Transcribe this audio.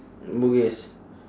bugis